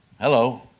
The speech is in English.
Hello